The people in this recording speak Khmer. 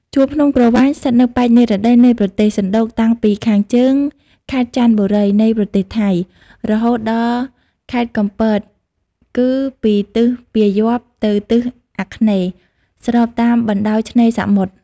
ជួរភ្នំក្រវាញ ស្ថិតនៅប៉ែកនិរតីនៃប្រទេស សណ្ដូកតាំងពីខាងជើងខេត្តចន្ទបុរីនៃប្រទេសថៃ រហូតមកដល់ខេត្តកំពត គឺពីទិសពាយ័ព្យ ទៅទិសអាគ្នេយ៍ ស្របតាមបណ្តោយឆ្នេរសមុទ្រ ។